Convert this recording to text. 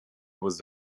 was